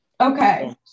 Okay